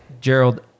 Gerald